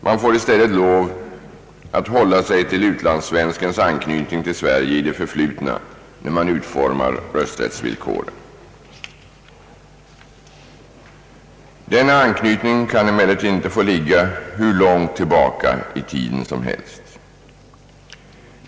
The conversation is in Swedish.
Man får i stället lov att hålla sig till utlandssvenskens anknytning till Sverige i det förflutna vid utformningen av rösträttsvillkoren. Men den anknytningen kan inte få ligga hur långt tillbaka i tiden som helst.